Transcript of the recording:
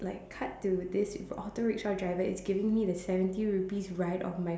like cut to this if auto rickshaw driver is giving me the seventy rupees ride of my